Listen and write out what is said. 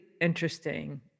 interesting